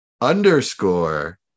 underscore